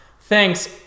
Thanks